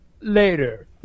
Later